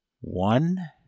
One